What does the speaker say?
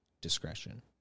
discretion